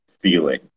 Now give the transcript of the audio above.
feeling